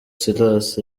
silas